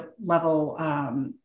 level